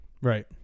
Right